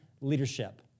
Leadership